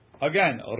Again